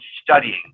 studying